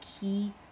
key